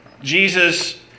Jesus